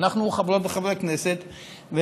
אנחנו חברות וחברי כנסת,